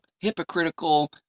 hypocritical